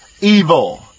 evil